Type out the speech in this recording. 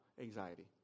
anxiety